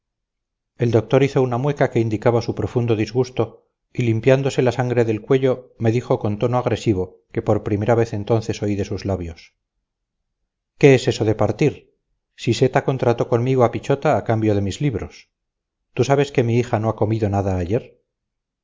el doctor hizo una mueca que indicaba su profundo disgusto y limpiándose la sangre del cuello me dijo con tono agresivo que por primera vez entonces oí de sus labios qué es eso de partir siseta contrató conmigo a pichota a cambio de mis libros tú sabes que mi hija no ha comido nada ayer